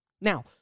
Now